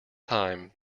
time